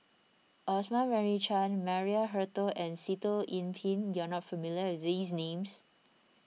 Osman Merican Maria Hertogh and Sitoh Yih Pin you are not familiar with these names